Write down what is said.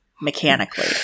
mechanically